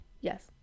Yes